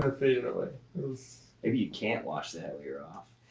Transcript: ah faded away. it was. maybe you can't wash the hellier off.